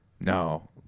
No